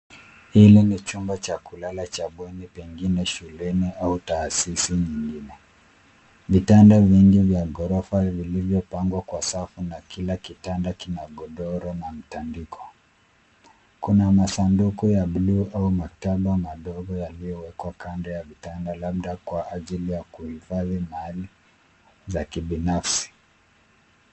Hili ni chumba cha kulala cha bonge pengine shuleni au taasisi. Vitanda vingi vya ghorofa vilivyopangwa kwa safu na kila kitanda kina godoro na matandiko. Kuna masanduku ya buluu au metala madogo yaliyowekwa kando ya vitanda labda kwa ajili ya kuhifadhi mali za kibinafsi.